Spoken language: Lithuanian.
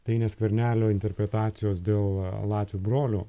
tai ne skvernelio interpretacijos dėl latvių brolių